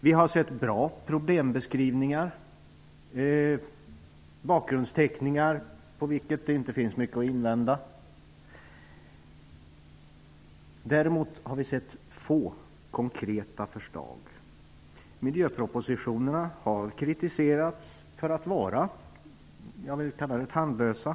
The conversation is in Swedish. Vi har sett bra problembeskrivningar och bakgrundsteckningar mot vilka det inte finns mycket att invända. Däremot har vi sett få konkreta förslag. Miljöpropositionerna har kritiserats för att vara tandlösa.